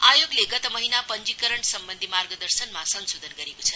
आयोगले गत महिना पंजीकरण सम्बन्धी मार्गदर्शनमा संशोधन गरेको छ